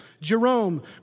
Jerome